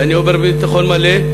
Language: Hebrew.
ואני אומר בביטחון מלא: